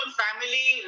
family